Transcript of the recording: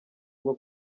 bwo